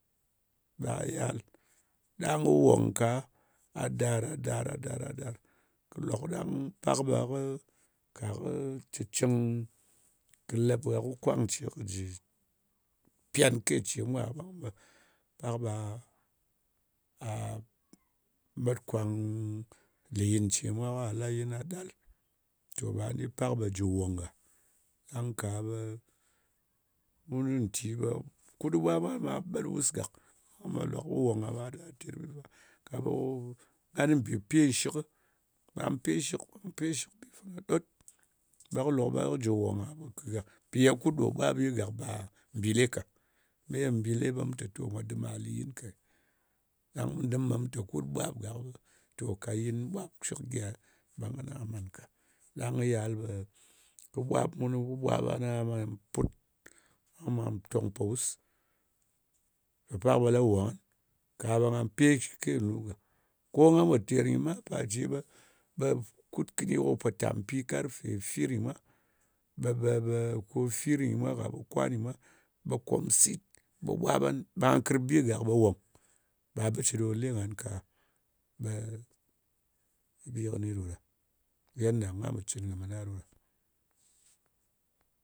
Ɓa yal, ɗang kɨ wong ka ɓa dar, a dar, a dar, kɨ lòk ɗang ka kɨ cɨng, kɨ lep gha ka kwang ce, ɓe jɨ pyan ke ce mwa gha ɓang ɓe, pak ɓa met kwang luyin ce mwa ka la yin gha ɗal. Tò ɓa ni pak ɓe jɨ wòng gha. Ɗang ka ɓe mun nti, ɓe kut kɨ ɓwap, ɓa ɓel wus gak. Kɨ lòk kɨ wòng gha ɓa da ter bi fa. Ka ɓe nga kɨ mbì pe nshɨkɨ, ɓa pe shɨk, pe shɨ bi fana ɗot, ɓe kɨ lok ɓe kɨ jɨ̀ wòng gha, ɓe kɨt gha. Mpì ye kut ɗo ɓwapi gàk, ba mbìle ka. Me ye mbìle ɓe mu lɨ te mwa dɨm a lutin kē. Ɗang mu dɨm te kut ɓwap gak, to ɓe ka yɨn ɓwap shɨk gyi-e ɓe ngana man ka. Ɗang kɨ yal ɓe kɨ ɓwap mun, kɨ ɓwap an, aha ɓa put nga tong mpo wuse, ɓe pak ɓe la wong ngan. Ka ɓe nga pe shɨ ke nlu gak. Ko nga pò ter nyɨ ma, ɓe pa ce ɓe kut kɨni, ko mpòtampi, karfe fir nyɨ mwa, ɓe ɓe ɓe ko fir nyɨ mwa, ka ɓe kwan nyɨ mwa ɓe kom sit, ɓe ɓwap'an, ɓa kɨrp bi gak ɓe wòng. Ɗa bɨ ce ɗo le ngan ka, ɓe bi kɨni ɗo ɗa. Yedda nga pò cɨn kɨ mɨ na ɗo ɗa.